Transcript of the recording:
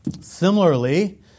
Similarly